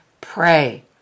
pray